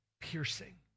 piercing